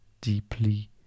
deeply